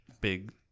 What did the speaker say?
big